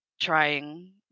trying